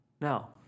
Now